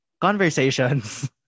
conversations